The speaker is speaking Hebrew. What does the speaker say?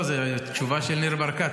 זאת תשובה של ניר ברקת,